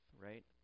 right